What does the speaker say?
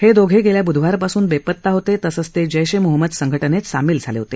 हे दोघे गेल्या बुधवारपासून बेपत्ता होते तसंच ते जैश मोहम्मद संघटनेत सामील झाले होते